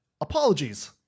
apologies